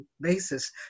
basis